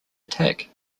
attack